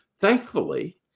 thankfully